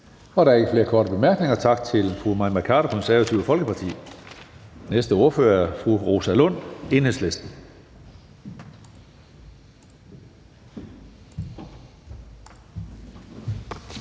Der er ikke flere korte bemærkninger. Tak til fru Mai Mercado, Konservative. Næste ordfører er fru Rosa Lund, Enhedslisten.